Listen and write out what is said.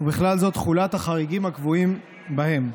תחולת החריגים הקבועים בהם.